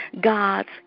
God's